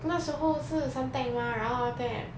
那时候是 suntec mah 然后 after that